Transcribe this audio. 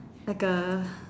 like A